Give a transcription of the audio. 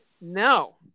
No